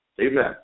Amen